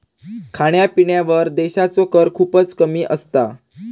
खाण्यापिण्यावर देशाचो कर खूपच कमी असता